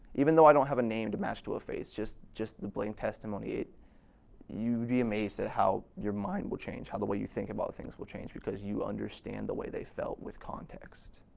even though i don't have a name to match to a face, just just the blank testimony. you'd be amazed at how your mind will change how the way you think about things will change because you understand the way they felt with context.